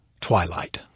twilight